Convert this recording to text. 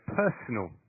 personal